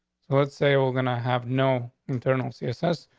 let's say we're gonna have no internal css.